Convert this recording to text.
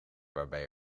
waarbij